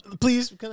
Please